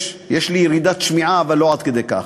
יש לי ירידת שמיעה אבל לא עד כדי כך.